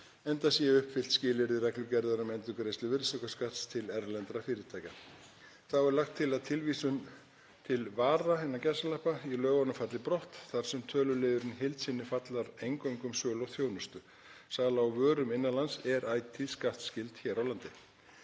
enda séu uppfyllt skilyrði reglugerðar um endurgreiðslu virðisaukaskatts til erlendra fyrirtækja. Þá er lagt til að tilvísun „til vara“ í lögunum falli brott þar sem töluliðurinn í heild sinni fjallar eingöngu um sölu á þjónustu. Sala á vörum innan lands er ætíð skattskyld hér á landi.